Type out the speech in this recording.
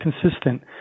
consistent